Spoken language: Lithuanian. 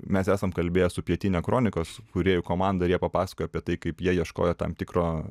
mes esam kalbėję su pietinia kronikos kūrėjų komanda ir jie papasakojo apie tai kaip jie ieškojo tam tikro